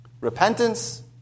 Repentance